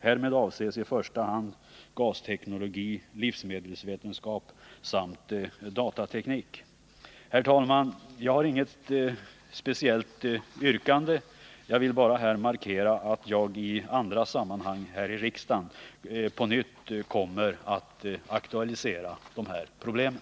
Härmed avses i första hand gasteknologi, livsmedelsvetenskap samt datateknik. Herr talman! Jag har inget yrkande. Jag vill bara markera att jag i andra sammanhang här i riksdagen på nytt kommer att aktualisera de här problemen.